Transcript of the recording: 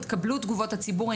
התקבלו תגובות הציבור,